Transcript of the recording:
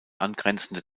angrenzende